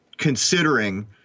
considering